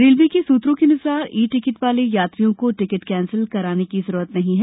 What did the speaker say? railway के सुत्रों के अनुसार ई टिकट वाले यात्रियों को टिकट कैंसिल कराने की जरूरत नहीं है